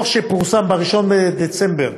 הדוח שפורסם ב-1 בדצמבר